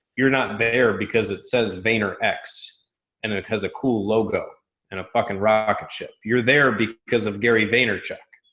you're not there because it says vayner x and it has a cool logo and a fucking rocket ship. you're there because, because of gary vaynerchuk.